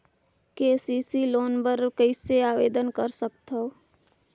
KCC loan बर कइसे आवेदन कर सकथव?